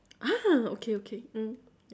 ah okay okay mm